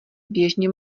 běžně